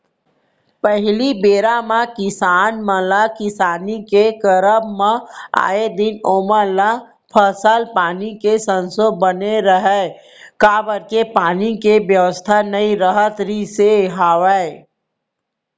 पहिली बेरा म किसान मन ल किसानी के करब म आए दिन ओमन ल फसल पानी के संसो बने रहय काबर के पानी के बेवस्था नइ राहत रिहिस हवय